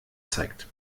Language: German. zeigt